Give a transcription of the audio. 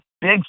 big